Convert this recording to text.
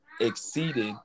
exceeded